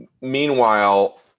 Meanwhile